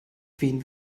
wen